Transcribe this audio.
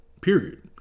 Period